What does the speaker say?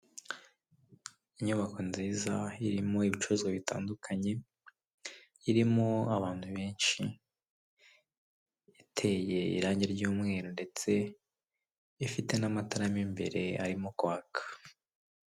Inyubako nziza irimo ibicuruzwa bitandukanye, irimo abantu benshi, iteye irangi ry'umweru ndetse ifite n'amatara mo imbere arimo kwaka.